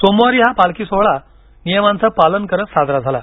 सोमवारी हा पालखी सोहळा नियमांचं पालन करत साजरा झाला